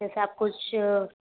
जैसा आप कुछ